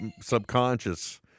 subconscious